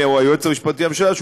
או היועץ המשפטי לממשלה,